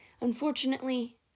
Unfortunately